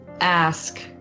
ask